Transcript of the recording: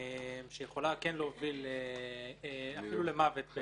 שיכולה להוביל אפילו למוות.